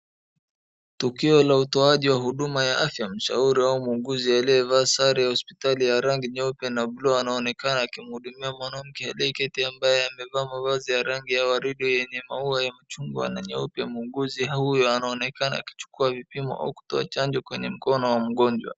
Tukio la utoaji wa huduma ya afya, mshauri au muuguzi aliyevaa sare ya hospitali ya rangi nyeupe na blue anaonekana akimhudumia mwanamke aliyeketi ambaye amevaa mavazi ya rangi ya waridi yenye maua ya rangi ya mchungwa na nyeupe. Muuguzi huyu anaonekana akichukua vipimo au kutoa chanjo kwenye mkono wa mgonjwa.